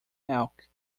elk